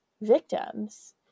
victims